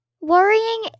Worrying